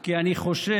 כי אני חושב,